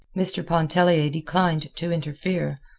mr. pontellier declined to interfere,